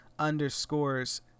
underscores